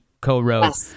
co-wrote